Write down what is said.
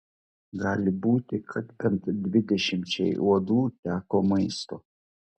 gali būti kad bent dvidešimčiai uodų teko maisto